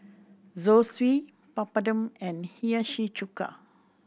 Zosui Papadum and Hiyashi Chuka